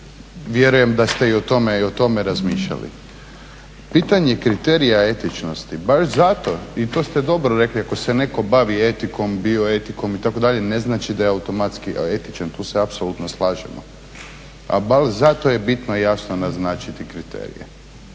vjerujem da ste i o tome razmišljali. Pitanje kriterija etičnosti, baš zato i to ste dobro rekli, ako se neko bavi etikom, bioetikom itd. ne znači da je automatski etičan. Tu se apsolutno slažemo. A baš zato je bitno jasno naznačiti kriterije